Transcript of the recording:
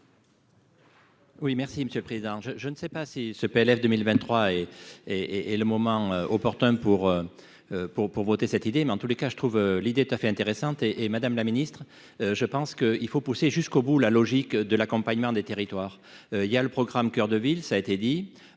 Oui, merci Monsieur le Président, je je ne sais pas si ce PLF 2023 et et et le moment opportun pour pour pour voter cette idée, mais en tous les cas, je trouve l'idée tout à fait intéressante et et Madame la Ministre, je pense que il faut pousser jusqu'au bout la logique de l'accompagnement des territoires, il y a le programme Coeur de ville, ça a été dit